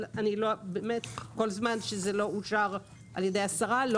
אבל כל זמן שזה לא אושר על ידי השרה אני לא